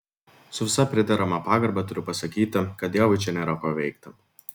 su visa priderama pagarba turiu pasakyti kad dievui čia nėra ko veikti